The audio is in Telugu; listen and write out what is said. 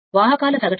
వాహకాల సగటు సంఖ్య